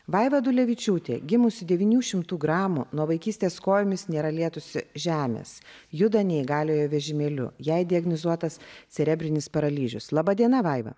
vaiva dulevičiūtė gimusi devynių šimtų gramų nuo vaikystės kojomis nėra lietusi žemės juda neįgaliojo vežimėliu jai diagnozuotas cerebrinis paralyžius laba diena vaiva